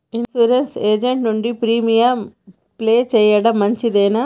Insurance agent నుండి premium pay చేయడం మంచిదేనా?